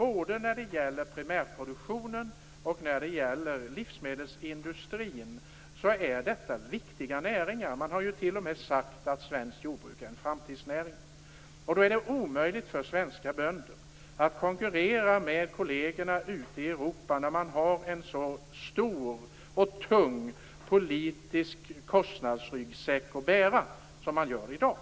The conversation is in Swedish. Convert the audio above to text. Både primärproduktionen och livsmedelsindustrin är viktiga näringar. Man har t.o.m. sagt att svenskt jordbruk är en framtidsnäring. Men det är omöjligt för svenska bönder att konkurrera med kollegerna ute i Europa när man har en så stor och tung politisk kostnadsryggsäck att bära som man har i dag.